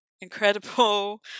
Incredible